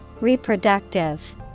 Reproductive